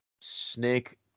Snake